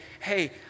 hey